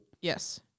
Yes